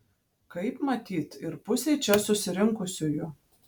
kaip matyt ir pusei čia susirinkusiųjų